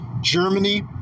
Germany